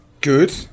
Good